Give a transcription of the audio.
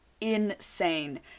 insane